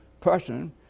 person